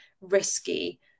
risky